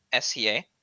SCA